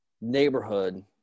neighborhood